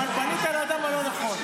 אבל תמיד הבן אדם הלא-נכון.